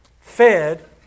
fed